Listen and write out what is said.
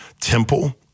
temple